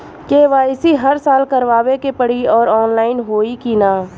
KYC हर साल करवावे के पड़ी और ऑनलाइन होई की ना?